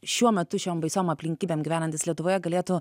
šiuo metu šiom baisiom aplinkybėm gyvenantys lietuvoje galėtų